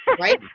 Right